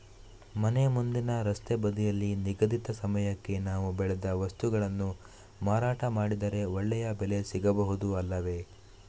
ಮನೆ ಮುಂದಿನ ರಸ್ತೆ ಬದಿಯಲ್ಲಿ ನಿಗದಿತ ಸಮಯಕ್ಕೆ ನಾವು ಬೆಳೆದ ವಸ್ತುಗಳನ್ನು ಮಾರಾಟ ಮಾಡಿದರೆ ಒಳ್ಳೆಯ ಬೆಲೆ ಸಿಗಬಹುದು ಅಲ್ಲವೇ?